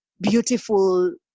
beautiful